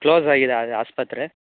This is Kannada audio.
ಕ್ಲೋಸಾಗಿದೆ ಅದು ಆಸ್ಪತ್ರೆ